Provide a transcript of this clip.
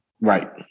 Right